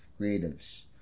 creatives